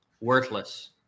worthless